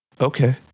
okay